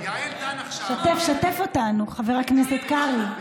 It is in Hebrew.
יעל דן עכשיו, שתף אותנו, חבר הכנסת קרעי.